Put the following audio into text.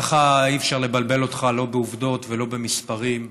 ככה אי-אפשר לבלבל אותך לא בעובדות ולא במספרים,